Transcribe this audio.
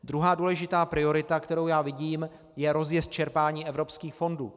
Druhá důležitá priorita, kterou já vidím, je rozjezd čerpání evropských fondů.